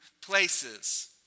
places